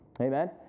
Amen